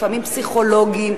לפעמים פסיכולוגים,